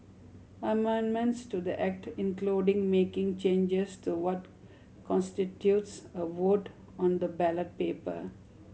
amendments to the Act including making changes to what constitutes a vote on the ballot paper